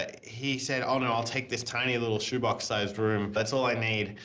he said oh, no. i'll take this tiny little shoe box sized room, that's all i need.